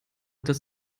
dass